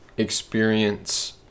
experience